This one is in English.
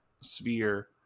sphere